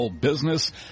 business